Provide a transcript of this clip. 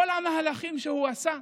כל המהלכים שהוא עשה,